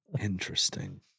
Interesting